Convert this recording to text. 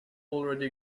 already